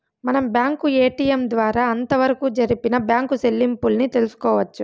మనం bank ATM ద్వారా అంతవరకు జరిపిన బ్యాంకు సెల్లింపుల్ని తెలుసుకోవచ్చు